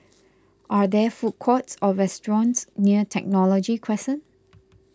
are there food courts or restaurants near Technology Crescent